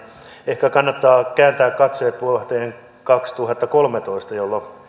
ehkä kannattaa kääntää katse vuoteen kaksituhattakolmetoista jolloin